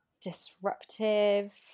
disruptive